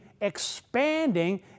expanding